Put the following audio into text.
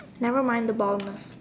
never mind the baldness